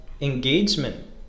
engagement